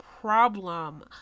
problem